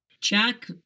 Jack